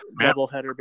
Doubleheader